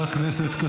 ראית את עובדה?